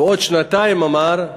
ועוד שנתיים, אמר,